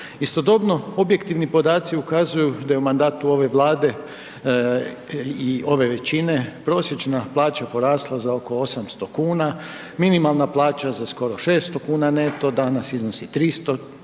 Istodobno, objektivni podaci ukazuju da je u mandatu ove Vlade i ove većine prosječna plaća porasla za oko 800 kuna, minimalna plaća za skoro 600 kuna neto danas iznosi 3 tisuće